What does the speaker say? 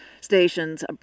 stations